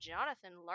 Jonathan